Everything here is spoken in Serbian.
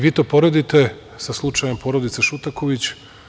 Vi to poredite sa slučajem porodice Šutaković?